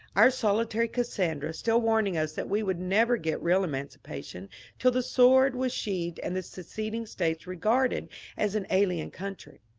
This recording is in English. our solitary cassandra still warning us that we would never get real emancipation till the sword was sheathed and the seceding states regarded as an alien country.